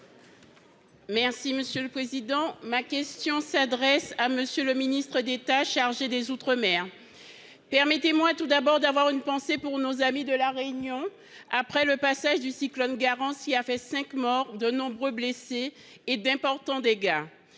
et indépendants. Ma question s’adresse à M. le ministre d’État, ministre des outre mer. Permettez moi tout d’abord d’avoir une pensée pour nos amis de la Réunion, après le passage du cyclone Garance, qui a fait cinq morts, de nombreux blessés et d’importants dégâts.